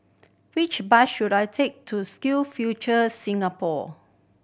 which bus should I take to Skill Future Singapore